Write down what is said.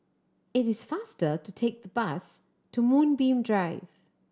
it is faster to take the bus to Moonbeam Drive